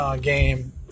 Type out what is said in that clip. game